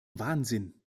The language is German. wahnsinn